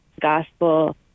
gospel